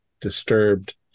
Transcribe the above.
disturbed